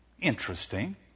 Interesting